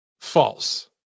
false